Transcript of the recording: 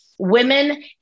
women